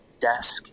desk